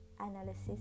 analysis